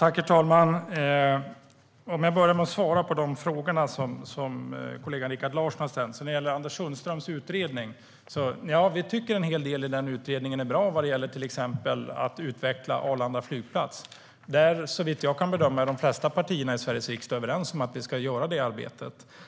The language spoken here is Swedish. Herr talman! Låt mig börja med att svara på de frågor som kollegan Rikard Larsson har ställt. Vi tycker att en hel del i Anders Sundströms utredning är bra vad gäller till exempel att utveckla Arlanda flygplats. Såvitt jag kan bedöma är de flesta partierna i Sveriges riksdag överens om att det arbetet ska göras.